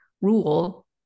rule